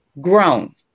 grown